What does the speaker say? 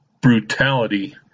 brutality